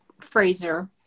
Fraser